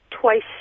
twice